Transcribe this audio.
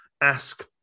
ask